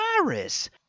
virus